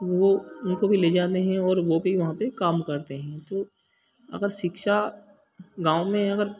वो उनको भी ले ले जाने हैं और वह भी वहाँ पे काम करते हैं तो अगर शिक्षा गाँव में अगर